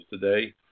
today